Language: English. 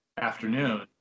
afternoon